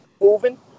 moving